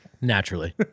Naturally